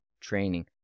training